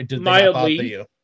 mildly